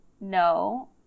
no